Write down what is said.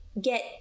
get